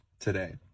today